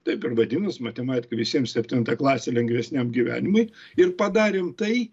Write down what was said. taip ir vadinas matematika visiems septinta klasė lengvesniam gyvenimui ir padarėm tai